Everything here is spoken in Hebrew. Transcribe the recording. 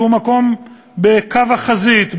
שהוא מקום בקו החזית,